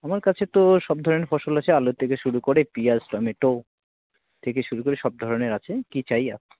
আমার কাছে তো সব ধরনের ফসল আছে আলু থেকে শুরু করে পিঁয়াজ টমেটো থেকে শুরু করে সব ধরনের আছে কী চাই